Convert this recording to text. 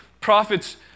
prophets